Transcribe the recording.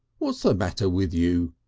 what's the matter with you?